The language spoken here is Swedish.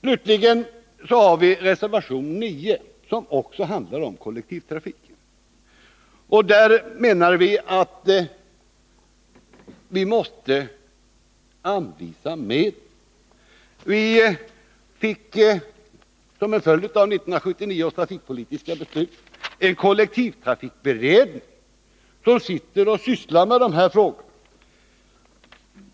Slutligen har vi avgivit reservation 9, som också handlar om kollektivtrafiken. Vi menar att det måste anvisas medel. Som följd av 1979 års trafikpolitiska beslut fick vi en kollektivtrafikberedning, som sysslar med dessa frågor.